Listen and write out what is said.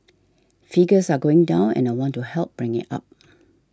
figures are going down and I want to help bring it up